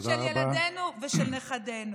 של ילדינו ושל נכדינו.